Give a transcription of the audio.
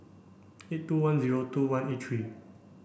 eight two one zero two one eight three